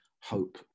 hope